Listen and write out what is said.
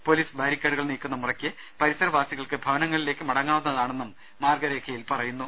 police ബാരി ക്കേഡുകൾ നീക്കുന്ന മുറയ്ക്ക് പരിസരവാസികൾക്ക് ഭവനങ്ങളിലേക്ക് മട ങ്ങാവുന്നതാണെന്നും മാർഗ്ഗരേഖയിൽ പറയുന്നു